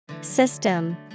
System